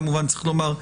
כמובן צריך לומר,